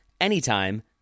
anytime